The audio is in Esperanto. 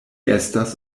estas